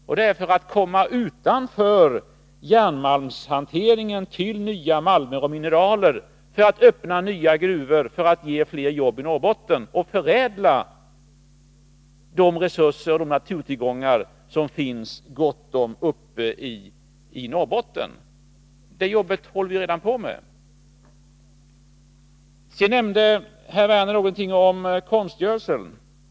Detta sker för att komma utanför järnmalmshanteringen till nya malmer och mineraler, för att öppna nya gruvor, för att skapa fler jobb i Norrbotten, för att förädla de resurser och naturtillgångar som det finns gott om uppe i Norrbotten. Detta arbete håller vi redan på med. Sedan nämnde herr Werner någonting om konstgödsel.